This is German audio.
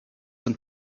sind